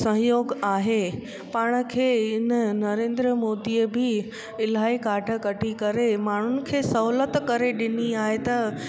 सहयोग आहे पाण खे हिन नरेंद्र मोदीअ बि इलाहीं काड कढी करे माण्हुनि खे सहूलियत करे ॾिनी आहे त